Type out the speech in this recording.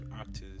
actors